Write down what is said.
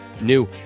new